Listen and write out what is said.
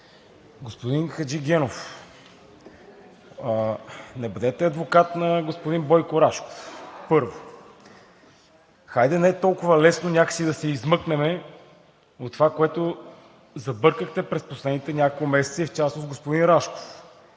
господин Хаджигенов, не бъдете адвокат на господин Бойко Рашков, първо. Хайде не толкова лесно някак си да се измъкнем от това, което забъркахте през последните няколко месеца и в частност господин Рашков.